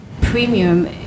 premium